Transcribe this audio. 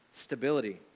stability